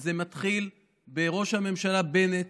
זה מתחיל בראש הממשלה בנט,